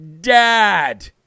dad